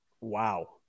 Wow